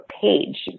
page